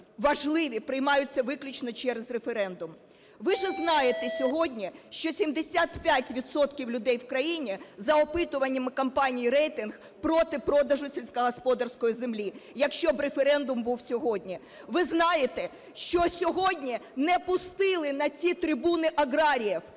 важливі приймаються виключно через референдум. Ви ж знаєте сьогодні, що 75 відсотків людей в країні за опитуваннями компанії "Рейтинг" проти продажу сільськогосподарської землі, якщо б референдум був сьогодні. Ви знаєте, що сьогодні не пустили на ці трибуни аграріїв?